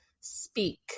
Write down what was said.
speak